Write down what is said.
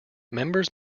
members